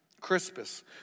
Crispus